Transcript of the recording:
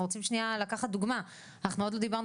אנחנו רוצים שנייה לקחת דוגמא ואנחנו עוד לא דיברנו